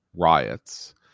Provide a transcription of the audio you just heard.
riots